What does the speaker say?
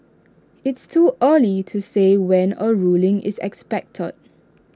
it's too early to say when A ruling is expected